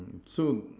so